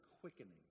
quickening